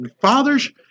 fathers